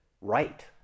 right